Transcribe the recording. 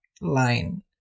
line